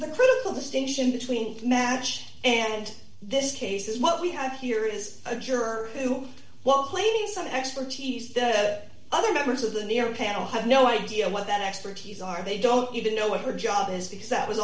the critical distinction between match and this case is what we have here is a juror who was planing some expertise that other members of the near panel have no idea what that expertise are they don't even know what her job is because that was